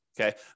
Okay